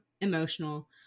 emotional